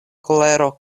kolero